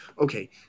Okay